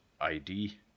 ID